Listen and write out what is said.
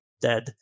dead